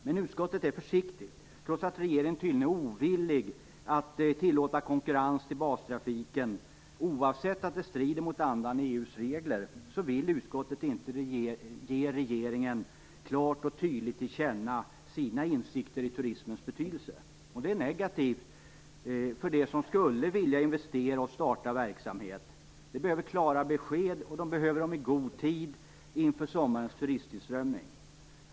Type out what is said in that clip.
Men i utskottet är man försiktig, trots att regeringen tydligen är ovillig att tillåta konkurrens till bastrafiken. Oavsett om det strider mot andan i EU:s regler vill man i utskottet inte klart och tydligt ge regeringen till känna sina insikter i turismens betydelse. Det är negativt för dem som skulle vilja investera och starta verksamhet. De behöver klara besked, och de behöver dem i god tid inför sommarens turisttillströmning.